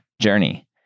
journey